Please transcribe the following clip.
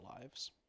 lives